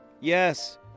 Yes